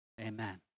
Amen